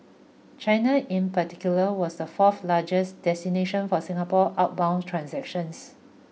China in particular was the fourth largest destination for Singapore outbound transactions